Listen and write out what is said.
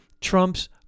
trumps